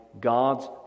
God's